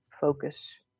focus